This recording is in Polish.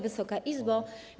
Wysoka Izbo!